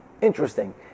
Interesting